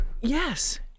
Yes